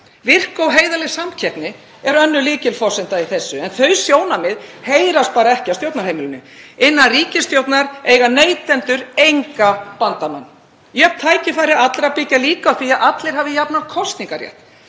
Virk og heiðarleg samkeppni er önnur lykilforsenda í þessu en þau sjónarmið heyrast bara ekki á stjórnarheimilinu. Innan ríkisstjórnar eiga neytendur enga bandamenn. Jöfn tækifæri allra byggja líka á því að allir hafi jafnan kosningarétt.